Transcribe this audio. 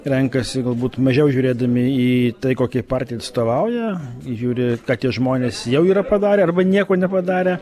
renkasi galbūt mažiau žiūrėdami į tai kokiai partijai atstovauja žiūri ką tie žmonės jau yra padarę arba nieko nepadarę